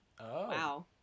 Wow